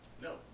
No